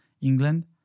england